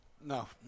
No